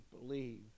believe